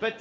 but